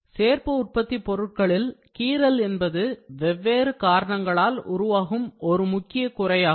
சேர்ப்பு உற்பத்திப் பொருட்களில் கீறல் என்பது வெவ்வேறு காரணங்களால் உருவாகும் ஒரு முக்கியமான குறையாகும்